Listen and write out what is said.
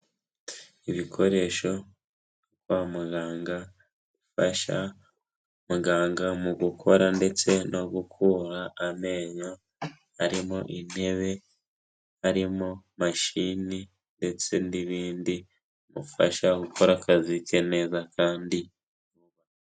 Ibikoresho byo kwa muganga bifasha muganga mu gukora ndetse no gukura amenyo, harimo intebe, harimo mashini ndetse n'ibindi bimufasha gukora akazi ke neza kandi.